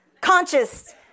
Conscious